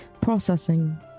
Processing